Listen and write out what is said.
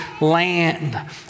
land